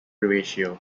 ratio